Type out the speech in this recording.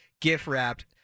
Gift-wrapped